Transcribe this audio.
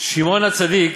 "שמעון הצדיק